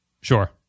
Sure